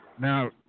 Now